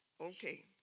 Okay